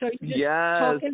Yes